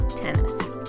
tennis